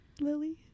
Lily